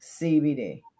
CBD